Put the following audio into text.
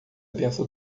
bênção